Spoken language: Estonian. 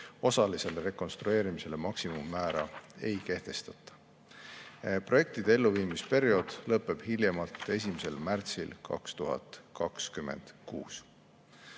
Osalisele rekonstrueerimisele maksimummäära ei kehtestata. Projektide elluviimise periood lõpeb hiljemalt 1. märtsil 2026.